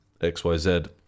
xyz